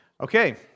Okay